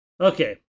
okay